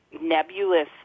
nebulous